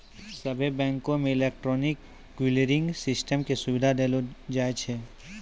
सभ्भे बैंको मे इलेक्ट्रॉनिक क्लियरिंग सिस्टम के सुविधा देलो जाय छै